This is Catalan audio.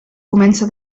comença